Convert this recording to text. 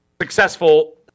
successful